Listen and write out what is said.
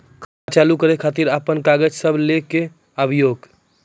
खाता चालू करै खातिर आपन कागज सब लै कऽ आबयोक?